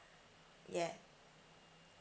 ya